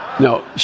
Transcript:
No